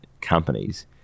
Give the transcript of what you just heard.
companies